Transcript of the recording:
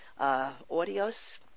audios